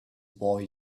boy